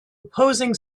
opposing